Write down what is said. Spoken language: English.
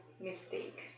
mistake